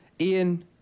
Ian